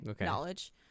knowledge